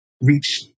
reach